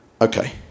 okay